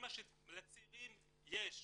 לצעירים יש,